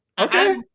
Okay